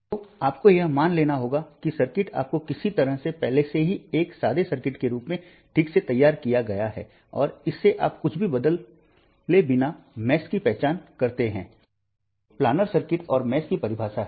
तो आपको यह मान लेना होगा कि सर्किट आपको किसी तरह से पहले से ही एक सादे सर्किट के रूप में ठीक से तैयार किया गया है और इससे आप कुछ भी बदले बिना मेश की पहचान करते हैं जो कि प्लानर सर्किट और मेश की परिभाषा है